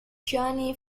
johnny